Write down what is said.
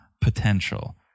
potential